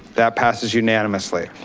that passes unanimously.